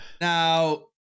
now